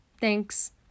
Thanks